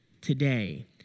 today